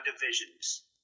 divisions